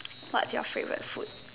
what are your favourite food